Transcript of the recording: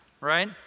right